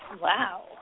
Wow